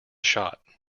shot